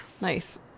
Nice